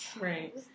right